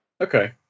Okay